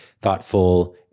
thoughtful